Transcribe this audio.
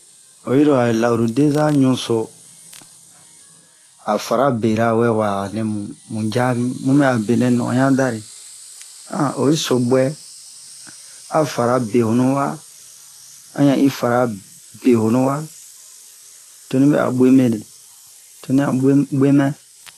o yi ro a laurudeza ɲuso a fara bera wɛwa a nɛ mu diabi buyɛ benɛ nɔya da re o yi so ɓwɛ a fara behonu wa a ɲan hi fara behonu wato di bɛha ɓwemɛ de to dia ɓwemɛ